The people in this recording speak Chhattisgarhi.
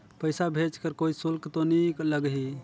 पइसा भेज कर कोई शुल्क तो नी लगही?